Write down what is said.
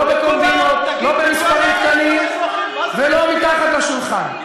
לא בקומבינות, לא במספרים קטנים ולא מתחת לשולחן.